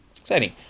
exciting